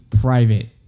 private